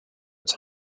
its